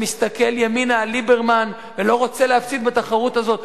שמסתכל ימינה על ליברמן ולא רוצה להפסיד בתחרות הזאת,